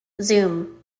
zoom